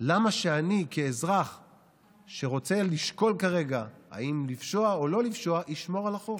למה שתרצה לשמור על החוק?